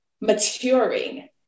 maturing